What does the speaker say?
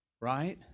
right